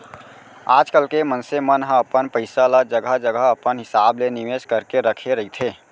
आजकल के मनसे मन ह अपन पइसा ल जघा जघा अपन हिसाब ले निवेस करके रखे रहिथे